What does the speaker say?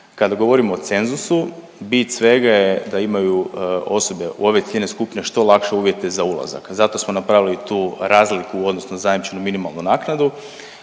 Kad govorimo o cenzusu, bit svega je da imaju osobe ove ciljane skupine što lakše uvjete za ulazak zato smo napravili tu razliku odnosno zajamčenu minimalnu naknadu